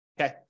okay